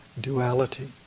duality